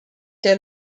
der